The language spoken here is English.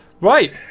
Right